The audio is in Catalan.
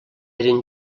eren